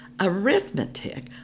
Arithmetic